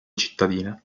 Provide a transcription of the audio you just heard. cittadine